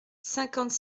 cinquante